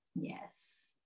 Yes